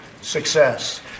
success